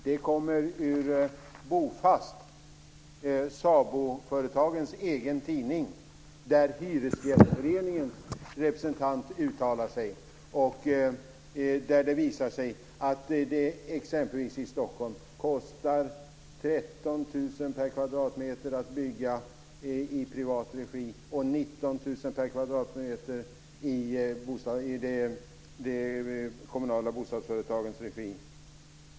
De kommer ur Bofast, SABO-företagens egen tidning, där hyresgästföreningens representant uttalar sig och där det visar sig att det exempelvis i Stockholm kostar 13 000 kr per kvadratmeter att bygga i privat regi och 19 000 kr per kvadratmeter i de kommunala bostadsföretagens regi.